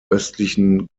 östlichen